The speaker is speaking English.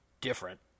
different